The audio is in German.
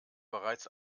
bereits